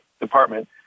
department